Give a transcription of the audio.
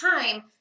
time